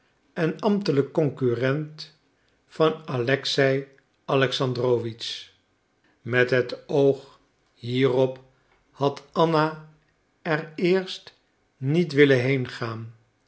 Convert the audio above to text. en ambtelijk concurrent van alexei alexandrowitsch met het oog hierop had anna er eerst niet willen heengaan